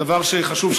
דבר חשוב,